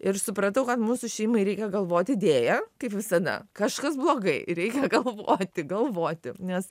ir supratau kad mūsų šeimai reikia galvoti idėją kaip visada kažkas blogai reikia galvoti galvoti nes